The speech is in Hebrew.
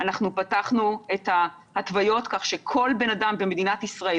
פתחנו את ההתוויות כך שכל בן אדם במדינת ישראל,